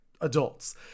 adults